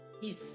Yes